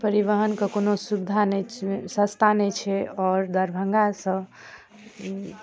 परिवहनके कोनो सुविधा नहि छै सस्ता नहि छै आओर दरभङ्गासँ